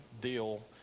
deal